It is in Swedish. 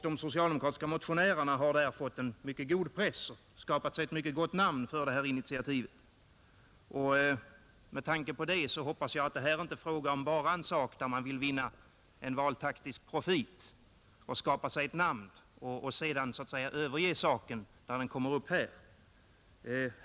De socialdemokratiska motionärerna har där fått en mycket god press och skapat sig ett gott namn genom detta initiativ. Jag hoppas att man här inte bara vill vinna en valtaktisk profit och skapa sig ett gott namn, för att sedan överge förslaget när det kommer upp i riksdagen.